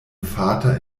vater